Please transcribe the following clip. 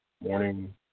morning